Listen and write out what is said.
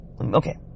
Okay